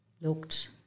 looked